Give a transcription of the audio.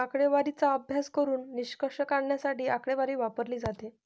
आकडेवारीचा अभ्यास करून निष्कर्ष काढण्यासाठी आकडेवारी वापरली जाते